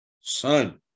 Son